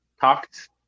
talked